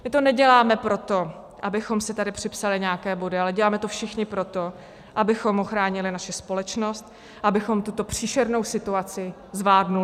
My to neděláme proto, abychom si tady připsali nějaké body, ale děláme to všichni proto, abychom ochránili naši společnost, abychom tuto příšernou situaci zvládli.